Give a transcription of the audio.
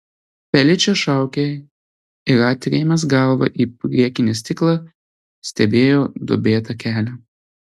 feličė šaukė ir atrėmęs galvą į priekinį stiklą stebėjo duobėtą kelią